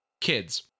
Kids